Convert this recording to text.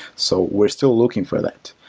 so we're still looking for that.